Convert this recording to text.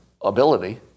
ability